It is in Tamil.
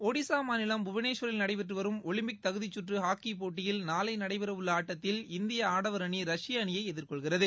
ஒடிசாமாநிலம் நடைபெற்றுவரும் ஒலிம்பிக் தகுதிசுற்றுஹாக்கிப்போட்டியில் நாளைநடைபெறவுள்ளஆட்டத்தில் இந்தியஆடவர் அணி ரஷ்ப அணியைஎதிர்கொள்கிறது